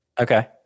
Okay